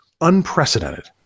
unprecedented